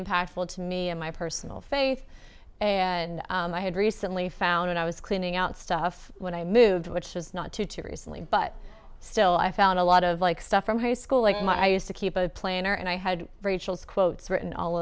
impactful to me and my personal faith and i had recently found and i was cleaning out stuff when i moved which was not two to recently but still i found a lot of like stuff from high school like my i used to keep a planner and i had rachel's quotes written all